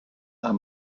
are